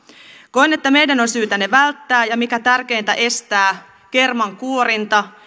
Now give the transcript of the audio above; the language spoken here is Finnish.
koen että meidän on syytä ne välttää ja mikä tärkeintä estää kermankuorinta